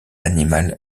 animal